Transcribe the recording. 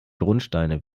grundsteine